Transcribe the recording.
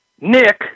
Nick